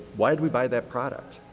why did we buy that product?